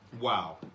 Wow